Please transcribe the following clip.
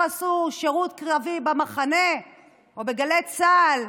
עשו שירות קרבי בבמחנה או בגלי צה"ל,